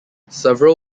several